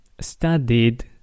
studied